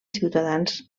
ciutadans